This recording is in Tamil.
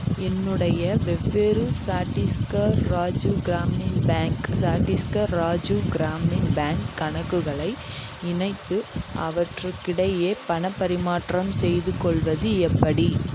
என்னுடைய வெவ்வேறு சட்டீஸ்கர் ராஜு கிராமின் பேங்க் சட்டீஸ்கர் ராஜு கிராமின் பேங்க் கணக்குகளை இணைத்து அவற்றுக்கிடையே பணப் பரிமாற்றம் செய்துகொள்வது எப்படி